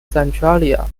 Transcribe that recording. centralia